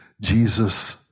Jesus